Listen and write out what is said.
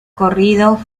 corrido